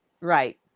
Right